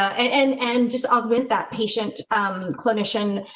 and and and just augment that patient clinician